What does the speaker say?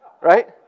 Right